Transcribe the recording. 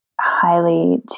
highly